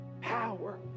Power